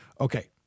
okay